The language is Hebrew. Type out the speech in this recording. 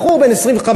בחור בן 25,